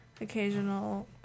occasional